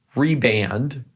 re-banned,